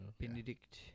Benedict